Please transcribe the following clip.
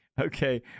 okay